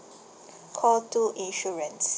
call two insurance